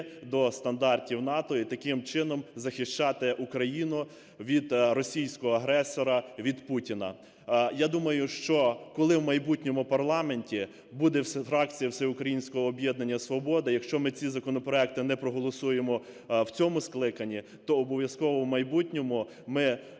до стандартів НАТО, і таким чином захищати Україну від російського агресора - від Путіна. Я думаю, що коли в майбутньому парламенті буде фракція Всеукраїнського об'єднання "Свобода", якщо ми ці законопроекти не проголосуємо в цьому скликанні, то обов'язково в майбутньому ми разом